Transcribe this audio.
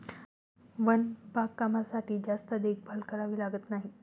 one बागकामासाठी जास्त देखभाल करावी लागत नाही